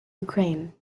ukraine